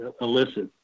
elicit